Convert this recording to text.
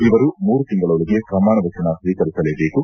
ಇವರು ಮೂರು ತಿಂಗಳೊಳಗೆ ಪ್ರಮಾಣ ವಚನ ಸ್ವೀಕರಿಸಲೇಬೇಕು